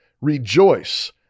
Rejoice